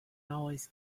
always